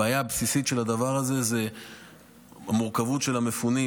הבעיה הבסיסית של הדבר הזה היא המורכבות של המפונים,